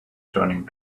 turning